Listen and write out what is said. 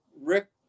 Rick